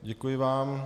Děkuji vám.